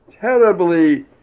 terribly